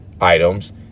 items